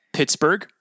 Pittsburgh